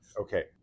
Okay